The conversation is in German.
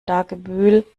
dagebüll